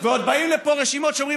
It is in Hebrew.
ועוד באים לפה ואומרים: